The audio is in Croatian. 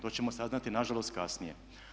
To ćemo saznati na žalost kasnije.